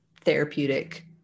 therapeutic